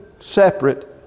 separate